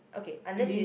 okay unless you